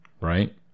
right